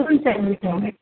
हुन्छ हुन्छ हुन्छ